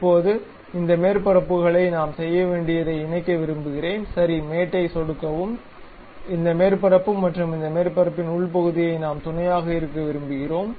இப்போது இந்த மேற்பரப்புகளை நாம் செய்ய வேண்டியதை இணைக்க விரும்புகிறேன் சரி மேட் ஐ சொடுக்கவும் இந்த மேற்பரப்பு மற்றும் இந்த மேற்பரப்பின் உள்பகுதியை நாம் துணையாக இருக்க விரும்புகிறோம்